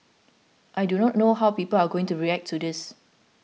I do not know how people are going to react to this